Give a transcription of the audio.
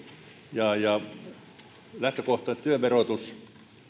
ja ja lähtökoh taisesti työn verotus